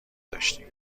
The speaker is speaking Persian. داشتیم